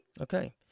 Okay